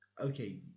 okay